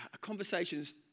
conversations